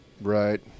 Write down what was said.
Right